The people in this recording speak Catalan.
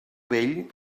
vell